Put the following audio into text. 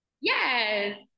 Yes